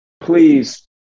please